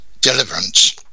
deliverance